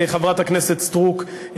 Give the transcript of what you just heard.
חברת הכנסת סטרוק,